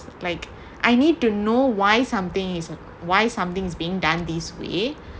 like I need to know why something why something's being done this way